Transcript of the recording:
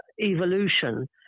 evolution